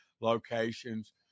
locations